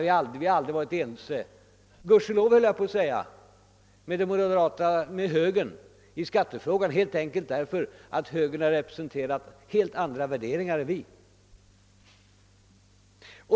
Vi har aldrig varit ense gudskelov med högern eller moderata samlingspartiet i skattefrågan just därför att det ta parti representerat helt andra värderingar än vi.